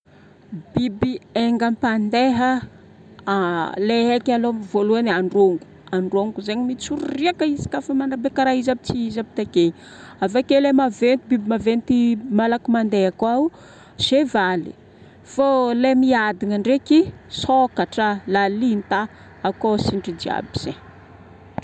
biby haingampandeha le haiky aloha voalohany androngo, androngo zegny mitsoriaka izy ka fa mandrahabe izy kara tsy izy aby takeo igny.avakeo le biby maventy malaky mandeha koa o cheval, fo le miadagna ndreka sokatra, lalinta akao sintry jiaby zegny.